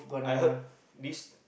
I heard this